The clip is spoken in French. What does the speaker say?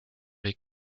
les